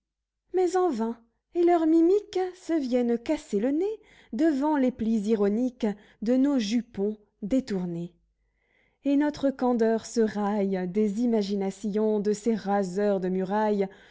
mais en vain et leurs mimiques se viennent casser le nez devant les plis ironiques de nos jupons détournés et notre candeur se raille des imaginations de ces raseurs de muraille